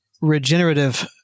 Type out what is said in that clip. regenerative